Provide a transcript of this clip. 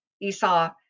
Esau